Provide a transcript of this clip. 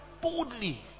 boldly